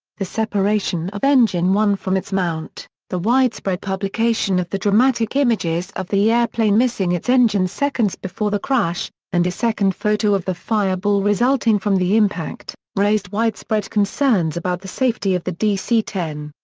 the separation of engine one from its mount, the widespread publication of the dramatic images of the airplane missing its engine seconds before the crash, and a second photo of the fireball resulting from the impact, raised widespread concerns about the safety of the dc ten.